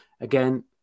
again